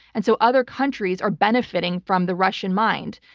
and so other countries are benefiting from the russian mind.